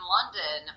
London